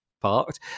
parked